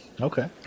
Okay